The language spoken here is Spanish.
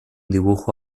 dibujo